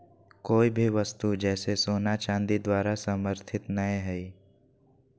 कोय भी वस्तु जैसे सोना चांदी द्वारा समर्थित नय हइ